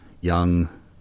young